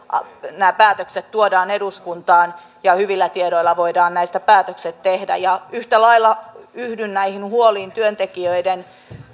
nämä päätökset tuodaan eduskuntaan ja hyvillä tiedoilla voidaan näistä päätökset tehdä yhtä lailla yhdyn näihin huoliin työntekijöiden